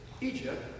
Egypt